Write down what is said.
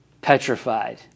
petrified